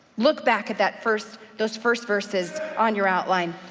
look back at that first, those first verses on your outline.